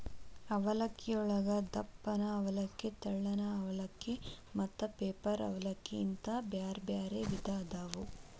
ಅವಲಕ್ಕಿಯೊಳಗ ದಪ್ಪನ ಅವಲಕ್ಕಿ, ತೆಳ್ಳನ ಅವಲಕ್ಕಿ, ಮತ್ತ ಪೇಪರ್ ಅವಲಲಕ್ಕಿ ಅಂತ ಬ್ಯಾರ್ಬ್ಯಾರೇ ವಿಧ ಅದಾವು